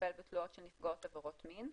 לטפל בתלונות של נפגעות עבירות מין,